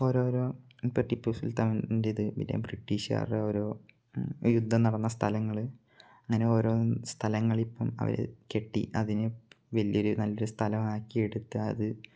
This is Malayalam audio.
ഓരോ ഓരോ ഇപ്പം ടിപ്പു സുല്ത്താന്റെ ഇത് പിന്നെ ബ്രിട്ടീഷുകാരുടെ ഓരോ യുദ്ധം നടന്ന സ്ഥലങ്ങൾ അങ്ങനെ ഓരോ സ്ഥലങ്ങൾ ഇപ്പം അവർ കെട്ടി അതിന് വലിയ ഒരു നല്ല ഒരു സ്ഥലമാക്കി എടുത്ത് അത്